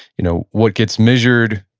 you know what gets measured,